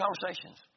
conversations